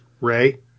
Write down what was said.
Ray